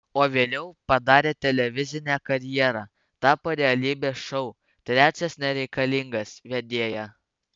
o vėliau padarė televizinę karjerą tapo realybės šou trečias nereikalingas vedėja